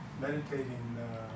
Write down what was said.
meditating